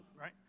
right